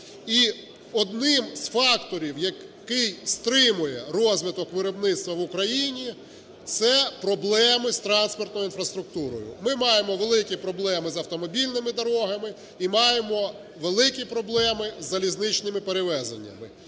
І одним з факторів, який стримує розвиток виробництва в Україні, – це проблеми з транспортною інфраструктурою. Ми маємо великі проблеми з автомобільними дорогами і маємо великі проблеми з залізничними перевезеннями.